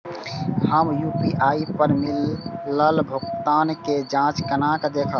हम यू.पी.आई पर मिलल भुगतान के जाँच केना देखब?